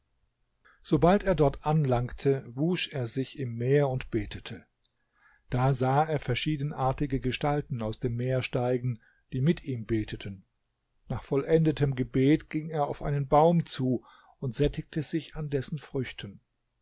sobald er dort anlangte wusch er sich im meer und betete da sah er verschiedenartige gestalten aus dem meer steigen die mit ihm beteten nach vollendetem gebet ging er auf einen baum zu und sättigte sich an dessen früchten